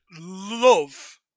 love